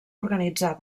organitzar